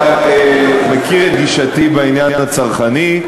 אתה מכיר את גישתי בעניין הצרכני,